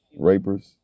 rapers